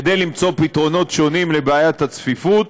כדי למצוא פתרונות שונים לבעיית הצפיפות,